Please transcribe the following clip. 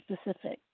specific